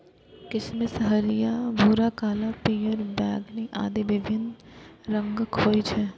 किशमिश हरियर, भूरा, काला, पीयर, बैंगनी आदि विभिन्न रंगक होइ छै